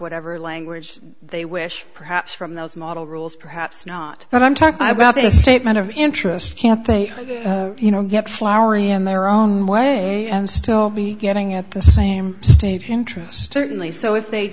whatever language they wish perhaps from those model rules perhaps not but i'm talking about this statement of interest can't they you know get flowery in their own way and still be getting at the same state interest and they so if they